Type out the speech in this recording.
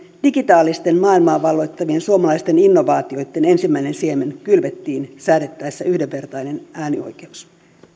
digitaalista maailmaa valloittavien suomalaisten innovaatioitten ensimmäinen siemen kylvettiin säädettäessä yhdenvertainen äänioikeus